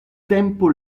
tempo